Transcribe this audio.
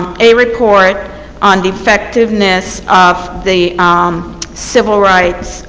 a report on the effectiveness of the civil rights